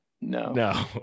No